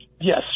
Yes